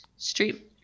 street